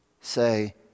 say